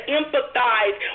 empathize